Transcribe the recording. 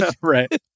Right